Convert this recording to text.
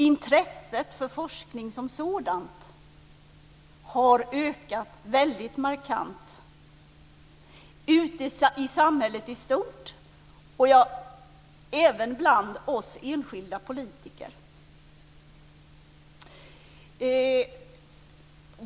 Intresset för forskning som sådan har ökat väldigt markant ute i samhället i stort och även bland oss enskilda politiker.